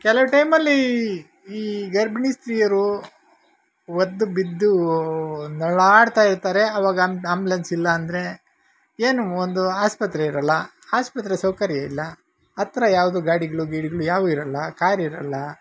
ಕೆಲವು ಟೈಮಲ್ಲಿ ಈ ಗರ್ಭಿಣಿ ಸ್ತ್ರೀಯರು ಒದ್ದು ಬಿದ್ದು ನರಳಾಡ್ತಾ ಇರ್ತಾರೆ ಅವಾಗ ಆಂಬ್ಲೆನ್ಸ್ ಇಲ್ಲಾಂದರೆ ಏನು ಒಂದು ಆಸ್ಪತ್ರೆ ಇರೋಲ್ಲ ಆಸ್ಪತ್ರೆ ಸೌಕರ್ಯ ಇಲ್ಲ ಹತ್ರ ಯಾವುದು ಗಾಡಿಗಳು ಗೀಡಿಗಳು ಯಾವೂ ಇರಲ್ಲ ಕಾರ್ ಇರೋಲ್ಲ